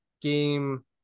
game